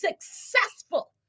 successful